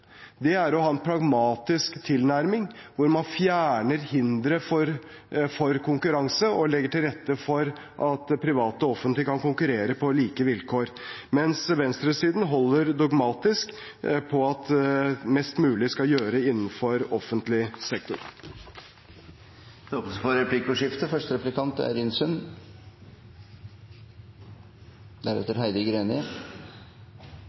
Det er å ha en pragmatisk tilnærming hvor man fjerner hindre for konkurranse og legger til rette for at private og det offentlige kan konkurrere på like vilkår, mens venstresiden holder dogmatisk på at mest mulig skal gjøres innenfor offentlig sektor. Det blir replikkordskifte.